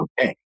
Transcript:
okay